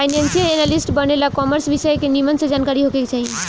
financial analyst बने ला commerce विषय के निमन से जानकारी होखे के चाही